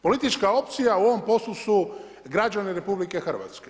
Politička opcija u ovom poslu su građani RH.